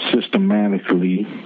systematically